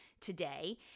today